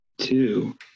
Two